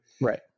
Right